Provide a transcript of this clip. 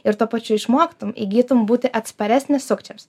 ir tuo pačiu išmoktum įgytum būti atsparesnis sukčiams